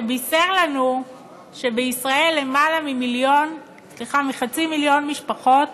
שבישר לנו שבישראל יש למעלה מחצי מיליון משפחות